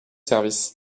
service